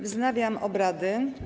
Wznawiam obrady.